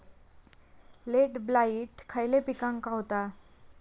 Late blight खयले पिकांका होता?